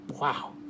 Wow